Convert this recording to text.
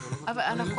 אבל,